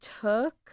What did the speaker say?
took